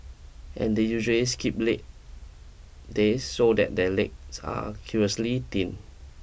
and they usually skip leg days so that their legs are curiously thin